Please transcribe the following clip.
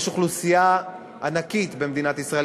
יש אוכלוסייה ענקית במדינת ישראל,